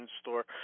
Store